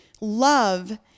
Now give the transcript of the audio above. love